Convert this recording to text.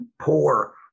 poor